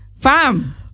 Fam